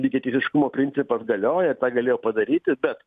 lygiateisiškumo principas galioja tą galėjo padaryti bet